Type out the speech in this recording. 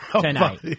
tonight